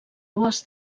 dues